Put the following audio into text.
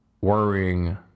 worrying